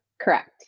Correct